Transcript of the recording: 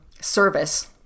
service